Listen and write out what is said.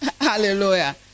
Hallelujah